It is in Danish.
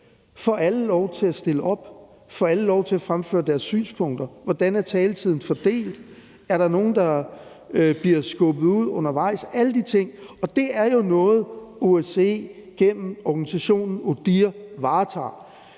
Får alle lov til at stille op? Får alle lov til at fremføre deres synspunkter? Hvordan er taletiden fordelt? Er der nogen, der bliver skubbet ud undervejs? Det er alle de ting. Og det er jo noget, som OSCE gennem organisationen ODIHR varetager.